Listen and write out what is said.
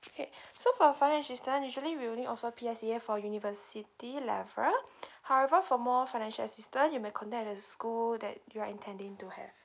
okay so for finance assistance usually we will need also P_S_E_A for university level however for more financial assistance you my contact the school that you are intending to have